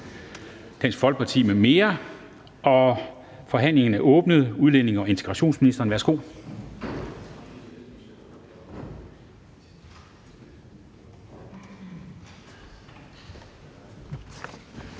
Dam Kristensen): Forhandlingen er åbnet. Udlændinge- og integrationsministeren, værsgo.